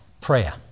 prayer